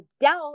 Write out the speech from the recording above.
doubt